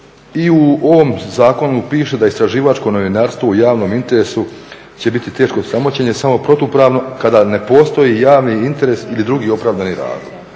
I u ovom zakonu piše da je istraživačko novinarstvo u javnom interesu će biti teško sramoćenje samo protupravno kada ne postoji javni interes ili drugi opravdani razlog.